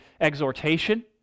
exhortation